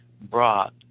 brought